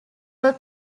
were